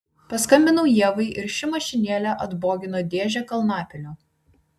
paskambinau ievai ir ši mašinėle atbogino dėžę kalnapilio